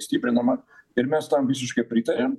stiprinama ir mes tam visiškai pritariam